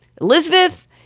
Elizabeth